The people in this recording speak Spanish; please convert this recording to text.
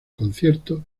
conciertos